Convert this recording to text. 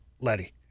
Letty